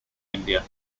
india